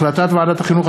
החלטת ועדת החינוך,